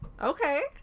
Okay